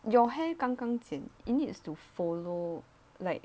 your hair 刚刚剪 it needs to follow like